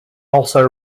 also